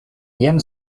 jen